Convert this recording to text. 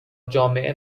جامعه